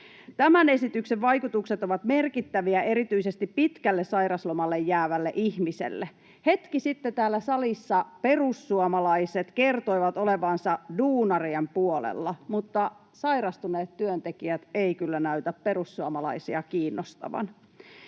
Tämän esityksen vaikutukset ovat merkittäviä erityisesti pitkälle sairauslomalle jäävälle ihmiselle. Hetki sitten täällä salissa perussuomalaiset kertoivat olevansa duunarien puolella, mutta sairastuneet työntekijät eivät kyllä näytä perussuomalaisia kiinnostavan.